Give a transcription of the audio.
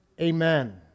Amen